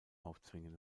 aufzwingen